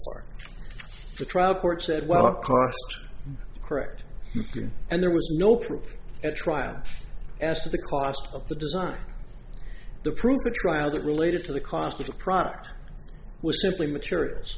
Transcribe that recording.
said well correct and there was no proof at trial as to the cost of the design the prove the trial that related to the cost of the product was simply materials